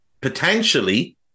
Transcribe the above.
potentially